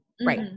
right